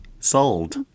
Sold